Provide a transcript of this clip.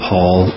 Paul